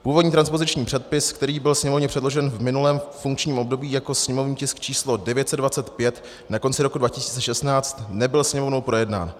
Původní transpoziční předpis, který byl Sněmovně předložen v minulém funkčním období jako sněmovní tisk 925 na konci roku 2016, nebyl Sněmovnou projednán.